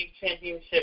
Championship